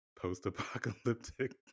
post-apocalyptic